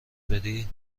بدی